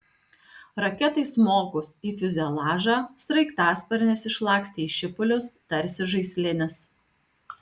raketai smogus į fiuzeliažą sraigtasparnis išlakstė į šipulius tarsi žaislinis